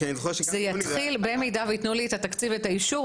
אם ייתנו לי את התקציב ואת האישור,